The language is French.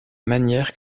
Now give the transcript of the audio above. manière